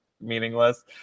meaningless